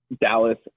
Dallas